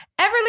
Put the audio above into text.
Everly